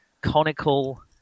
conical